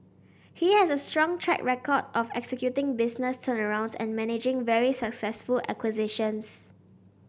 he has a strong track record of executing business turnarounds and managing very successful acquisitions